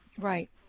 Right